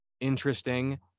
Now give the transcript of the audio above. interesting